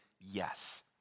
yes